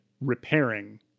repairing